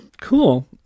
Cool